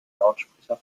lautsprecher